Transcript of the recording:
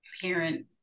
parent